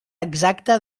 exacta